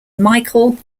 michael